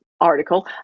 article